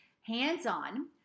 hands-on